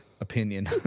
opinion